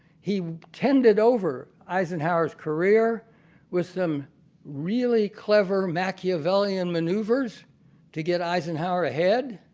he tended over eisenhower's career with some really clever machiavellian maneuvers to get eisenhower ahead.